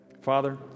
Father